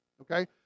okay